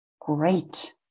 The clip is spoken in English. great